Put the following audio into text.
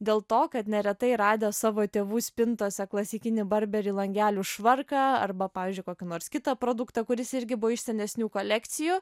dėl to kad neretai radę savo tėvų spintose klasikinį barberį langelių švarką arba pavyzdžiui kokį nors kitą produktą kuris irgi buvo iš senesnių kolekcijų